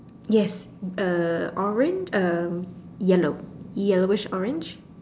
yes uh orange uh yellow yellowish orange